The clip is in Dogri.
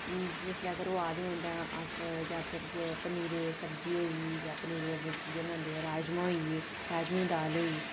जिसलै ओह् अगर आ दे होन तां अस ज्यादातर इ'यै पनीरै दी सब्जी होई गेई जां पनीरै दी बुर्जी गै बनांदे आं राजमां होई गे राजमां दी दाल होई गेई